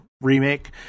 remake